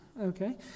okay